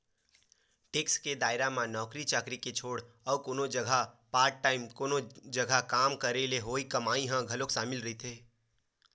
tax के दायरा म नौकरी चाकरी के छोड़ अउ कोनो जघा पार्ट टाइम कोनो जघा काम करे ले होवई कमई ह घलो सामिल रहिथे